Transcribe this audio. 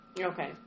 Okay